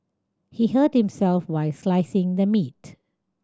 he hurt himself while slicing the meat